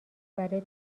برای